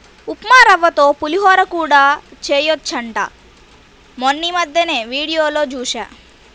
ఉప్మారవ్వతో పులిహోర కూడా చెయ్యొచ్చంట మొన్నీమద్దెనే వీడియోలో జూశా